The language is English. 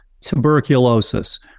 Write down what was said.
tuberculosis